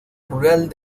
rural